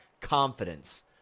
confidence